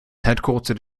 headquartered